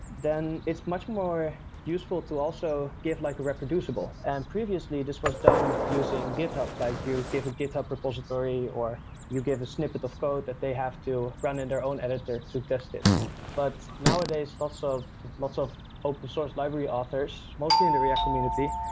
then it's much more useful to also give like a reproducible. and previously, this was done using github, like you give a github repository, or you give a snippet of code that they have to run in their own editor to test it but nowadays, lots of lots of open source library authors mostly in the react community,